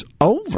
over